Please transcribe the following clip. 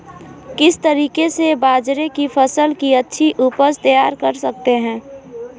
किस तरीके से बाजरे की फसल की अच्छी उपज तैयार कर सकते हैं?